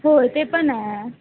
होय ते पण आहे